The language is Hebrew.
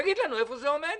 תגיד לנו איפה זה עומד.